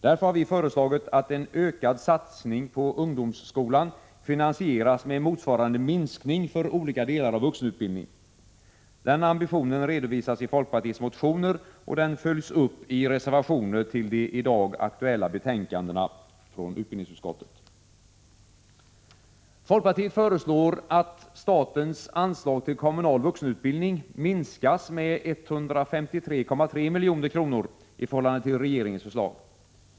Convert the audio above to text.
Därför har vi föreslagit att en ökad satsning på ungdomsskolan finansieras med motsvarande minskning för olika delar av vuxenutbildningen. Den ambitionen redovisas i folkpartiets motioner och den följs upp i reservationer till de i dag aktuella betänkandena från utbildningsutskottet. Folkpartiet föreslår att statens anslag till kommunal vuxenutbildning minskas med 153,3 milj.kr. i förhållande till regeringens förslag.